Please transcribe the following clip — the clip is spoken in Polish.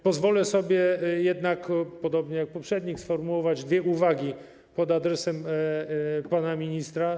Pozwolę sobie jednak, podobnie jak poprzednik, sformułować dwie uwagi pod adresem pana ministra.